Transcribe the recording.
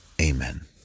Amen